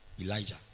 Elijah